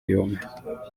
yume